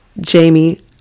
Jamie